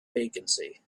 vacancy